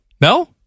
No